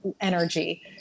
energy